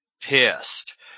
pissed